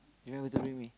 remember to bring me